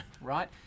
right